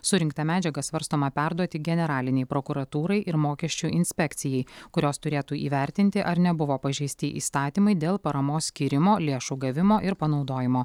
surinktą medžiagą svarstoma perduoti generalinei prokuratūrai ir mokesčių inspekcijai kurios turėtų įvertinti ar nebuvo pažeisti įstatymai dėl paramos skyrimo lėšų gavimo ir panaudojimo